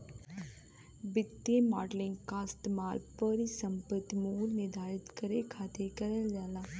वित्तीय मॉडलिंग क इस्तेमाल परिसंपत्ति मूल्य निर्धारण करे खातिर करल जाला